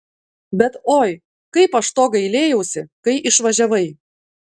bet oi kaip aš to gailėjausi kai išvažiavai